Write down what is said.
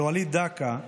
על וליד דקה,